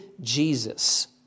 Jesus